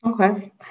Okay